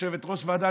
יושבת-ראש ועדה,